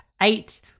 Eight